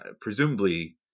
presumably